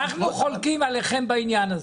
אנחנו חולקים עליכם בעניין הזה.